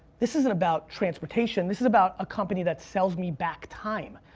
this isn't about transportation, this is about a company that sells me back time.